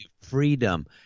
Freedom